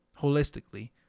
holistically